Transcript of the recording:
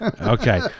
Okay